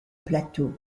plateau